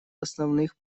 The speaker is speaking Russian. основных